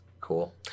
cool